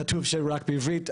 כתוב שם רק בעברית.